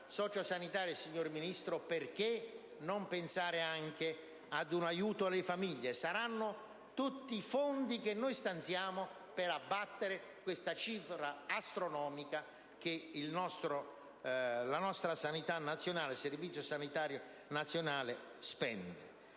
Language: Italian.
sociosanitaria, signor Ministro, perché non pensare anche a un aiuto alle famiglie? Saranno tutti fondi che serviranno per abbattere questa cifra astronomica che il Servizio sanitario nazionale spende.